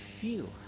feel